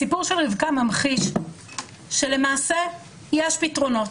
הסיפור של רבקה ממחיש שלמעשה, יש פתרונות,